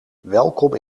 welkom